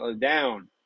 down